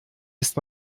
ist